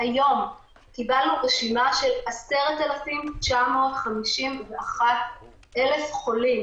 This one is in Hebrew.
והיום קיבלנו רשימה של 10,951 חולים,